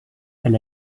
elle